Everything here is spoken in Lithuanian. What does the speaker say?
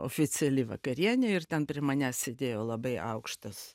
oficiali vakarienė ir ten prie manęs sėdėjo labai aukštas